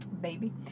baby